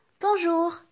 Bonjour